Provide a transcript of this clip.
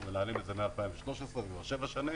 אנחנו מנהלים את זה מ-2013, זה כבר שבע שנים.